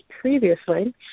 previously